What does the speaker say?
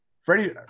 Freddie